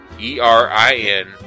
E-R-I-N